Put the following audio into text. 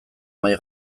mahai